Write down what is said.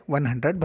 $100